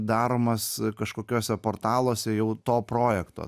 daromas kažkokiouse portaluose jau to projekto